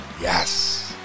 Yes